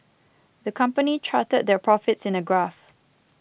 the company charted their profits in a graph